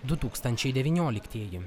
du tūkstančiai devynioliktieji